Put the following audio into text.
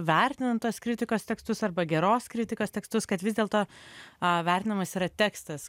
vertinant tos kritikos tekstus arba geros kritikos tekstus kad vis dėlto a vertinamas yra tekstas